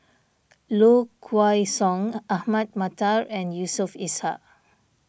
Low Kway Song Ahmad Mattar and Yusof Ishak